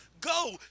Go